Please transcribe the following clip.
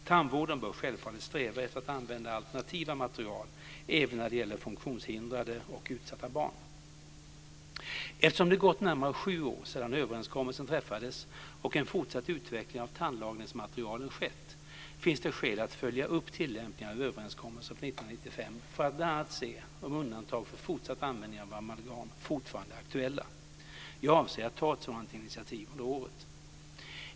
Tandvården bör självfallet sträva efter att använda alternativa material även när det gäller funktionshindrade och utsatta barn. Eftersom det har gått närmare sju år sedan överenskommelsen träffades och en fortsatt utveckling av tandlagningsmaterialen skett finns det skäl att följa upp tillämpningen av överenskommelsen från 1995 för att bl.a. se om undantagen för fortsatt användning av amalgam fortfarande är aktuella. Jag avser att ta ett sådant initiativ under året.